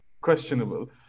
questionable